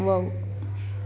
wow